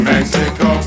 Mexico